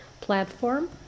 platform